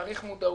צריך מודעות,